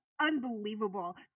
unbelievable